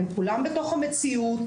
הם כולם בתוך המציאות,